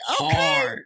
okay